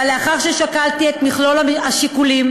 אבל לאחר ששקלתי את מכלול השיקולים,